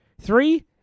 Three